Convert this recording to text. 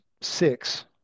Six